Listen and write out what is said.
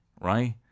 Right